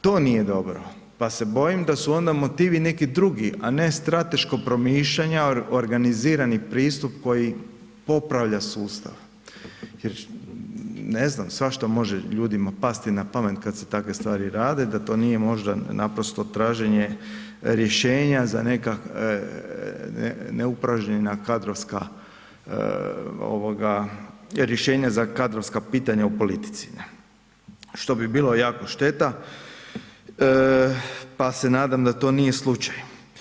To nije dobro pa se bojim da su onda motivi neki drugi a ne strateško promišljanje, organizirani pristup koji popravlja sustav jer ne znam, svašta može ljudima pasti na pamet kad se takve stvari rade da to nije možda naprosto traženje rješenja za neka neupražnjena kadrovska, rješenja za kadrovska pitanja u politici što bi bilo jako šteta pa se nadam da to nije slučaj.